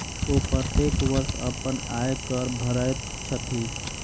ओ प्रत्येक वर्ष अपन आय कर भरैत छथि